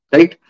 Right